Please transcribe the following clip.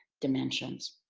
dimensions.